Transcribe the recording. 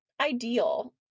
ideal